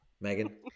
Megan